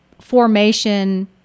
formation